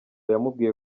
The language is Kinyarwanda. yamubwiye